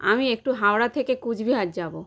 আমি একটু হাওড়া থেকে কুচবিহার যাবো